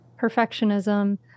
perfectionism